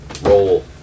Roll